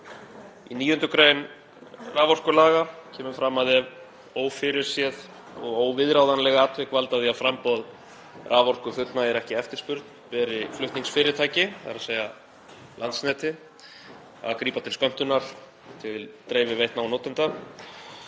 Í 9. gr. raforkulaga kemur fram að ef ófyrirséð og óviðráðanleg atvik valda því að framboð raforku fullnægir ekki eftirspurn beri flutningsfyrirtæki, þ.e. Landsneti, að grípa til skömmtunar til dreifiveitna og notenda.